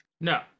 No